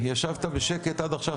ישבת בשקט עד עכשיו,